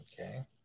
Okay